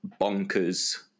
bonkers